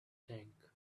tank